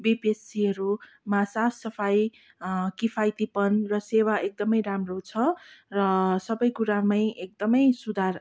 बिपिएचसीहरूमा साफसफाई किफायतीपन र सेवा एकदमै राम्रो छ र सबै कुरामै एकदमै सुधार